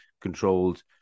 controlled